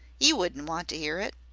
e wouldn't want to ear it.